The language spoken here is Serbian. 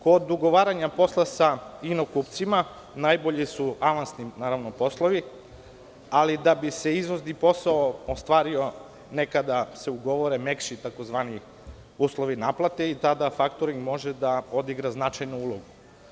Kod ugovaranja posla sa ino-kupcima, najbolji su avansni poslovi, ali da bi se izvozni posao ostvario, nekada se ugovore tzv. mekši uslovi naplate i tada faktoring može da odigra značajnu ulogu.